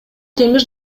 темир